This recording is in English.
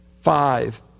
Five